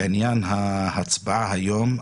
לעניין ההצבעה היום,